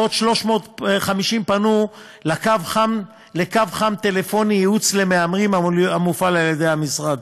ועוד 350 פנו אל קו חם טלפוני לייעוץ למהמרים המופעל על-ידי המשרד.